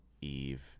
Eve